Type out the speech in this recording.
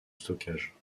stockage